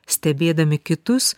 stebėdami kitus